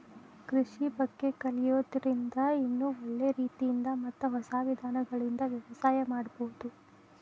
ಕೃಷಿ ಬಗ್ಗೆ ಕಲಿಯೋದ್ರಿಂದ ಇನ್ನೂ ಒಳ್ಳೆ ರೇತಿಯಿಂದ ಮತ್ತ ಹೊಸ ವಿಧಾನಗಳಿಂದ ವ್ಯವಸಾಯ ಮಾಡ್ಬಹುದು